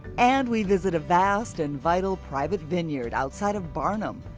and we visit a vast and vital private vineyard outside of barnum,